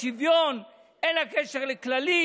עד שלוש דקות לרשותך, אדוני.